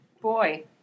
boy